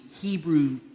Hebrew